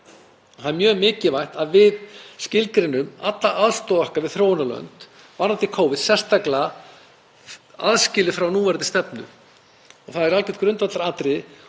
Það er mjög mikilvægt að við skilgreinum alla aðstoð okkar við þróunarlönd varðandi Covid sérstaklega, aðskilið frá núverandi stefnu. Það er algjört grundvallaratriði